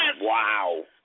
Wow